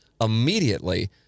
immediately